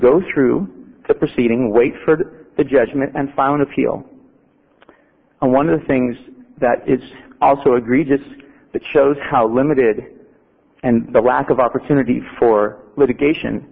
go through the proceeding wait for the judgment and found appeal and one of the things that is also agree just that shows how limited and the lack of opportunity for litigation